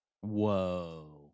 whoa